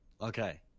Okay